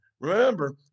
Remember